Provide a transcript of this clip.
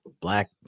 black